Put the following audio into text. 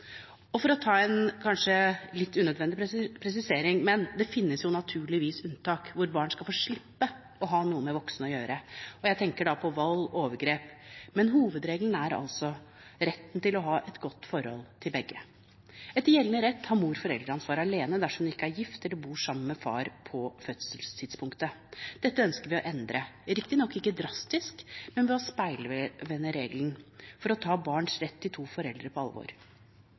For å ta en kanskje litt unødvendig presisering: Det finnes naturligvis unntak, hvor barn skal få slippe å ha noe med voksne å gjøre – jeg tenker da på vold og overgrep. Men hovedregelen er altså retten til å ha et godt forhold til begge. Etter gjeldende rett har mor foreldreansvaret alene dersom hun ikke er gift eller ikke bor sammen med far på fødselstidspunktet. Dette ønsker vi å endre – riktignok ikke drastisk, men ved å speilvende regelen – for å ta barns rett til to foreldre på alvor.